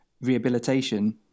rehabilitation